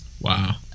Wow